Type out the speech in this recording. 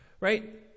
right